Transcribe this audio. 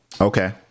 Okay